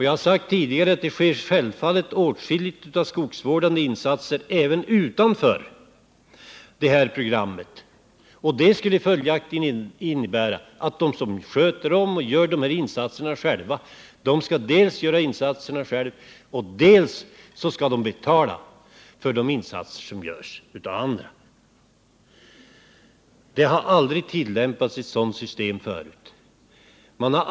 Jag har sagt tidigare att det sker självfallet åtskilligt av skogsvårdande insatser även utanför det här programmet. Det innebär följaktligen att de som själva gör dessa insatser skall dels göra insatserna, dels betala för de insatser som görs av andra. Det har aldrig tillämpats ett sådant system förut.